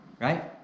right